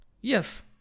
Yes